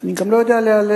אני גם לא יודע להיעלב